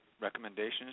recommendations